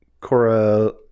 cora